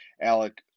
Alec